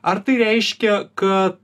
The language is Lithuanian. ar tai reiškia kad